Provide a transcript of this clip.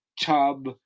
tub